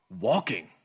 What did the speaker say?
walking